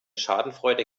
schadenfreude